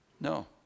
No